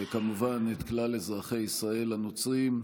וכמובן את כלל אזרחי ישראל הנוצרים.